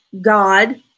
god